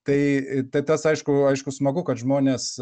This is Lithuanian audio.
tai tai tas aišku aišku smagu kad žmonės